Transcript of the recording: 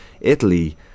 Italy